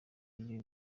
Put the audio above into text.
iyo